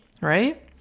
right